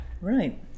Right